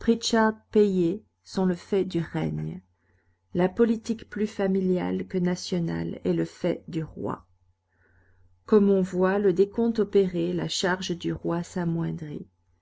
payé sont le fait du règne la politique plus familiale que nationale est le fait du roi comme on voit le décompte opéré la charge du roi s'amoindrit